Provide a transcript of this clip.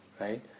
Right